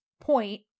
point